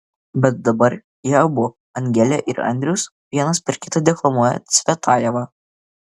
bet dabar jie abu angelė ir andrius vienas per kitą deklamuoja cvetajevą